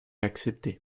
accepté